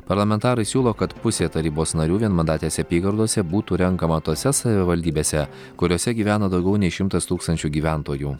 parlamentarai siūlo kad pusė tarybos narių vienmandatėse apygardose būtų renkama tose savivaldybėse kuriose gyvena daugiau nei šimtas tūkstančių gyventojų